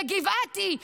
בגבעתי,